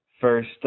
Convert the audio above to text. first